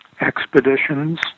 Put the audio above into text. expeditions